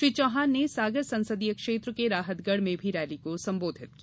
श्री चौहान ने सागर संसदीय क्षेत्र के राहतगढ़ में भी रैली को संबोधित किया